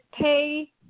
pay